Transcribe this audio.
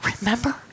Remember